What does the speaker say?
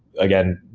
again,